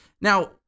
Now